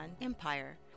Empire